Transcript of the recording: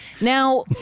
Now